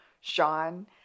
Sean